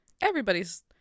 everybody's